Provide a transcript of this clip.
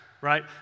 right